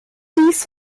dies